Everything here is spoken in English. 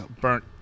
burnt